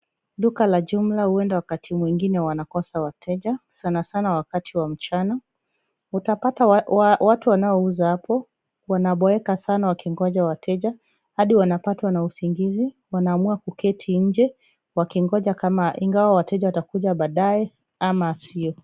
Duka la jumla huenda wakati mwingine wanakosa wateja sana sana wakati wa mchana. Utapata watu wanaouza hapo wanabweka sana wakingoja wateja hadi wanapatwa na usingizi wanaamua kuketi nje wakingoja customers . Wao wateja watakuja baadaye au sio.